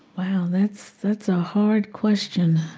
wow. that's that's a hard question